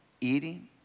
eating